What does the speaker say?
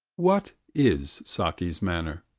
what is saki's manner,